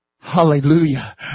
Hallelujah